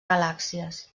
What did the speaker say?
galàxies